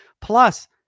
Plus